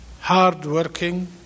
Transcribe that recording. hardworking